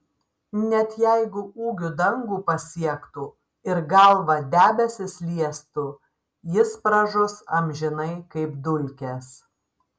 net jeigu ūgiu dangų pasiektų ir galva debesis liestų jis pražus amžinai kaip dulkės